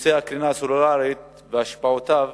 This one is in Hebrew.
בנושא הקרינה הסלולרית והשפעותיו